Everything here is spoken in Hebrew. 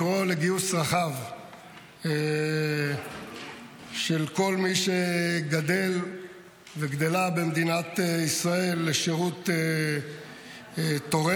לקרוא לגיוס רחב של כל מי שגדל וגדלה במדינת ישראל לשירות תורם,